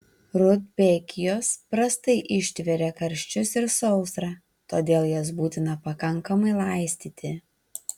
rudbekijos prastai ištveria karščius ir sausrą todėl jas būtina pakankamai laistyti